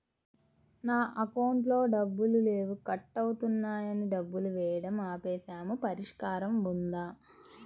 నా అకౌంట్లో డబ్బులు లేవు కట్ అవుతున్నాయని డబ్బులు వేయటం ఆపేసాము పరిష్కారం ఉందా?